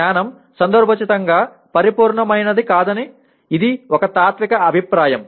జ్ఞానం సందర్భోచితంగా పరిపూర్ణమైనది కాదని ఇది ఒక తాత్విక అభిప్రాయం